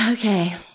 Okay